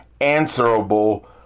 answerable